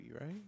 right